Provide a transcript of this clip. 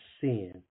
sin